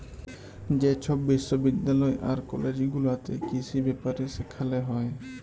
যে ছব বিশ্ববিদ্যালয় আর কলেজ গুলাতে কিসি ব্যাপারে সেখালে হ্যয়